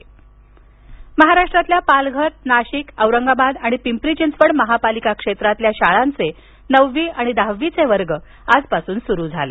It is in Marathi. महाराष्ट्र शाळा महाराष्ट्रातल्या पालघर नाशिक औरंगाबाद आणि पिंपरी चिंचवड महापालिका क्षेत्रातल्या शाळांचे नववी आणि दहावीचे वर्ग आजपासून सुरू झाले